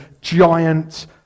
giant